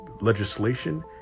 legislation